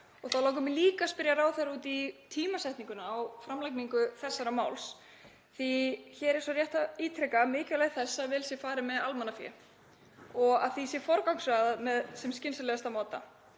dag. Þá langar mig líka að spyrja ráðherra út í tímasetninguna á framlagningu þessa máls. Hér er rétt að ítreka mikilvægi þess að vel sé farið með almannafé og að því sé forgangsraðað á sem skynsamlegastan máta.